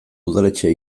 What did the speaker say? udaletxea